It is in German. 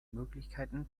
möglichkeiten